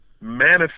manifest